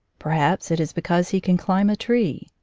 perhaps it is because he can climb a tree.